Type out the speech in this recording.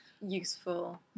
useful